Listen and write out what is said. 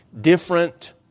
different